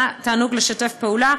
היה תענוג לשתף פעולה,